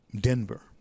Denver